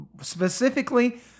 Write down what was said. Specifically